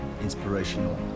inspirational